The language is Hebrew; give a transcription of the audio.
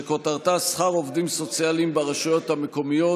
שכותרתה: שכר עובדים סוציאליים ברשויות המקומיות,